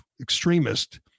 extremist